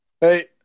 Hey